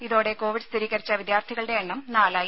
ഇതോടെ കോവിഡ് സ്ഥിരീകരിച്ച വിദ്യാർത്ഥികളുടെ എണ്ണം നാലായി